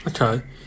Okay